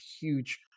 huge